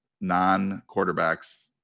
non-quarterbacks